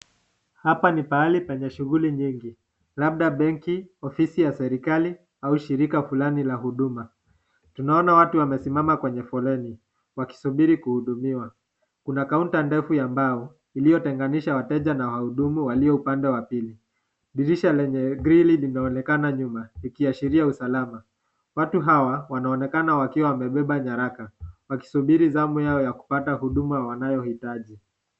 Hapa ni pahali penye shughuli nyingi, labda benki, ofisi ya serikali au shirika fulani la huduma. Tonaona watu wamesimama kwenye foleni, wakisubiri kuhudumiwa. Kuna kaunta ndefu ya mbao iliyotenganisha wateja na wahudumu walio upande wa pili. Dirisha lenye grill linaonekana nyuma, likiashiria usalama. Watu hawa wanaonekana wakiwa wamebeba nyaraka wakisubiri zamu yao ya kupata huduma wanayohitaji.